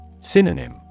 Synonym